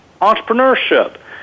entrepreneurship